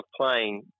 playing